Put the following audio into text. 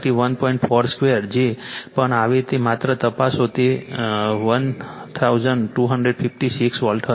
4 2 જે પણ આવે તે માત્ર તપાસો કે તે 1256 વોલ્ટ હશે